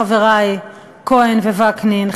חברי כהן וקנין,